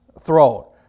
throat